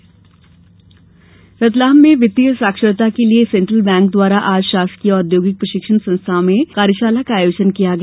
रतलाम वित्तीय साक्षरता रतलाम में वित्तीय साक्षरता के लिए सेन्ट्रल बैंक द्वारा आज शासकीय औद्योगिक प्रशिक्षण संस्था में कार्यशाला का आयोजन किया गया